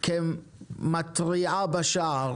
מתריע בשער